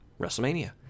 WrestleMania